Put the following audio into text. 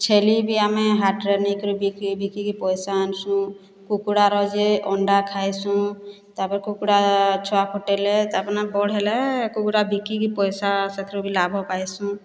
ଛେଳି ବି ଆମେ ହାଟରେ ନେଇକରି ବିକି ବିକିକି ପଇସା ଆନସୁଁ କୁକୁଡ଼ାର ଯେ ଅଣ୍ଡା ଖାଇସୁଁ ତା ପରେ କୁକୁଡ଼ା ଛୁଆ ଫୁଟାଇଲେ ତା ପରେ ନା ବଡ଼୍ ହେଲେ କୁକୁଡ଼ା ବିକିକି ପଇସା ସେଥିରୁ ବି ଲାଭ ପାଇଁସୁଁ